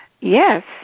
Yes